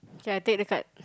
okay I take the card